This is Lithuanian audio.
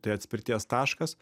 tai atspirties taškas